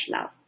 love